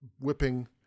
whipping